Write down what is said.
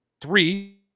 Three